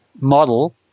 model